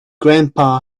grandpa